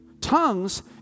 Tongues